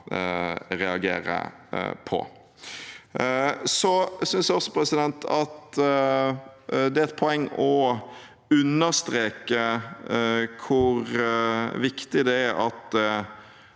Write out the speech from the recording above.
det er et poeng å understreke hvor viktig det er at